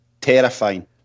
terrifying